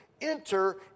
enter